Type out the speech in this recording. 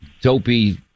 dopey